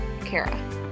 Kara